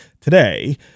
today